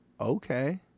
Okay